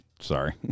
Sorry